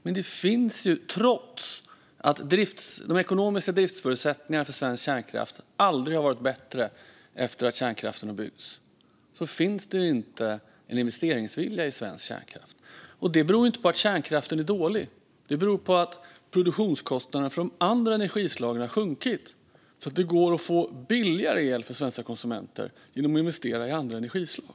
Men trots att de ekonomiska driftsförutsättningarna för svensk kärnkraft aldrig har varit bättre efter att kärnkraften byggdes finns det inte en vilja att investera i svensk kärnkraft. Det beror inte på att kärnkraften är dålig, utan det beror på att produktionskostnaderna för de andra energislagen har sjunkit så att det går att få billigare el för svenska konsumenter genom att investera i andra energislag.